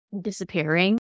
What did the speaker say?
disappearing